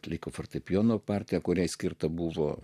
atliko fortepijono partiją kuriai skirta buvo